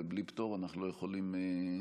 ובלי פטור אנחנו לא יכולים לדון.